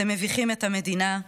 אתם מביכים את המדינה,